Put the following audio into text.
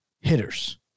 hitters